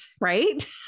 right